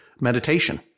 meditation